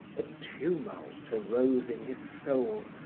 a tumult arose in his soul,